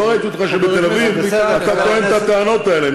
לא ראיתי שבתל-אביב אתה טוען את הטענות האלה,